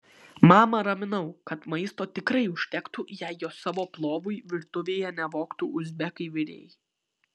mamą raminau kad maisto tikrai užtektų jei jo savo plovui virtuvėje nevogtų uzbekai virėjai